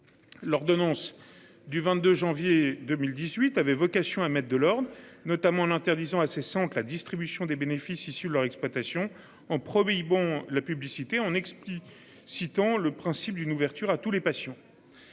L'ordonnance du 22 janvier 2018 avait vocation à mettre de l'ordre, notamment en interdisant à assez sans que la distribution des bénéfices issus de leur exploitation en promis bon la publicité on explique citant le principe d'une ouverture à tous les patients.